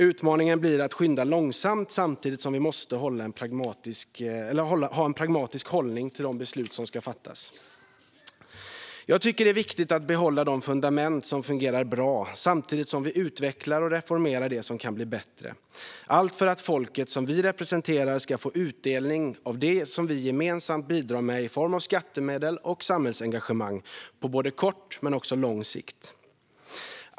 Utmaningen blir att skynda långsamt, samtidigt som vi måste ha en pragmatisk hållning till de beslut som ska fattas. Jag tycker att det är viktigt att behålla de fundament som fungerar bra, samtidigt som vi utvecklar och reformerar det som kan bli bättre - allt för att folket som vi representerar ska få utdelning av det som vi gemensamt bidrar med i form av skattemedel och samhällsengagemang, på kort men också på lång sikt.